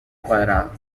cuadrado